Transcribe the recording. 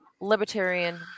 libertarian